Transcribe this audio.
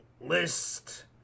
list